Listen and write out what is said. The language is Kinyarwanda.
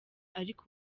ariko